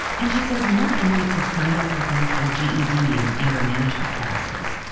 and, she said more inmates have signed up for things like ged and anger management classes.